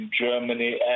Germany